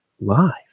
live